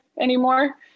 anymore